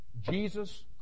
Jesus